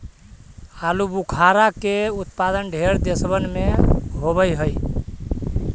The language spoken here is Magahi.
आलूबुखारा के उत्पादन ढेर देशबन में होब हई